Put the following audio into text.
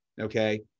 Okay